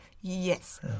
Yes